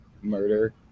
murder